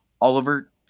Oliver